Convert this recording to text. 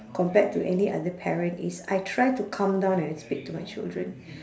compared to any other parent is I try to calm down and speak to my children